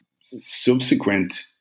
subsequent